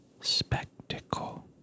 spectacle